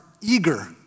eager